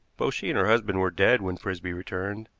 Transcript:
both she and her husband were dead when frisby returned,